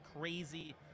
crazy